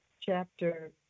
chapter